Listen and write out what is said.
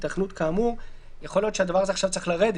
היתכנות כאמור." יכול להיות שהדבר הזה עכשיו צריך לרדת,